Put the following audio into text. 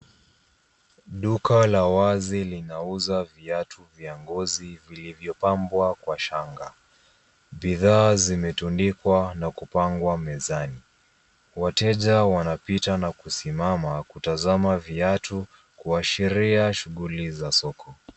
Duka la wazi linauza viatu vya ngozi vilivyopambwa kwa shanga bidhaa zimetundikwa na kupangwa mezani , wateja wanapita na kusimama na kutazama viatu kuashiria shughuli za soko.